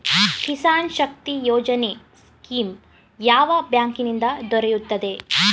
Kisan Shakti Yojana scheme ಯಾವ ಬ್ಯಾಂಕಿನಿಂದ ದೊರೆಯುತ್ತದೆ?